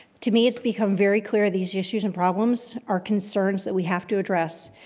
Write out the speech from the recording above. to me it's become very clear these issues and problems are concerns that we have to address.